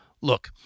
Look